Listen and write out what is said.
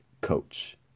coach